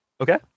Okay